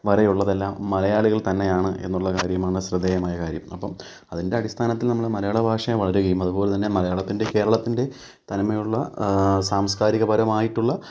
വരെയുള്ളതെല്ലാം മലയാളികൾ തന്നെയാണ് എന്നുള്ള കാര്യമാണ് ശ്രദ്ധേയമായ കാര്യം അപ്പം അതിൻ്റെ അടിസ്ഥനത്തിൽ നമ്മൾ മലയാള ഭാഷ വളരുകയും അതുപോലെത്തന്നെ മലയാളത്തിൻ്റെ കേരളത്തിൻ്റെ തനിമയുള്ള സാംസ്കാരികപരമായിട്ടുള്ള